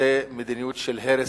זה מדיניות של הרס,